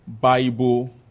Bible